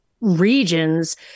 regions